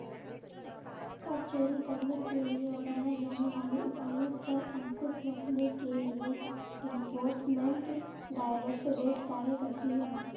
कर चोरी करने के लिए अपनाए जाने वाले उपायों पर अंकुश रखने के लिए एनफोर्समेंट डायरेक्टरेट कार्य करती है